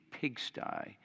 pigsty